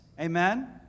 Amen